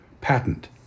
patent